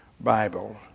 Bible